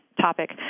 topic